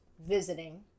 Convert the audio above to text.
visiting